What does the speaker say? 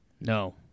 No